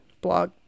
blog